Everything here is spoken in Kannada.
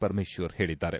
ಪರಮೇಶ್ವರ್ ಹೇಳಿದ್ದಾರೆ